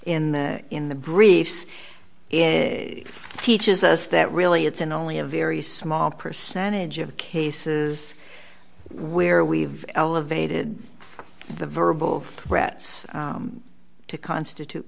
in the in the briefs if teaches us that really it's in only a very small percentage of cases where we've elevated the verbal threats to constitute